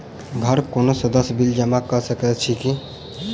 घरक कोनो सदस्यक बिल जमा कऽ सकैत छी की?